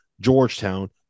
georgetown